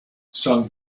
sung